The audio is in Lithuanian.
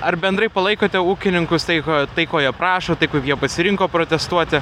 ar bendrai palaikote ūkininkus tai ko tai ko jie prašo tai kur jie pasirinko protestuoti